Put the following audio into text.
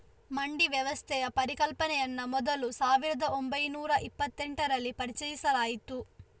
ಮಂಡಿ ವ್ಯವಸ್ಥೆಯ ಪರಿಕಲ್ಪನೆಯನ್ನ ಮೊದಲು ಸಾವಿರದ ಒಂಬೈನೂರ ಇಪ್ಪತೆಂಟರಲ್ಲಿ ಪರಿಚಯಿಸಲಾಯ್ತು